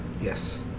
Yes